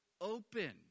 open